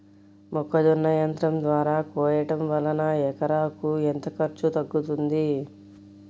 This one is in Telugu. మొక్కజొన్న యంత్రం ద్వారా కోయటం వలన ఎకరాకు ఎంత ఖర్చు తగ్గుతుంది?